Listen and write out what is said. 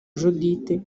judithe